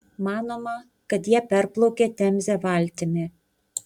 manoma kad jie perplaukė temzę valtimi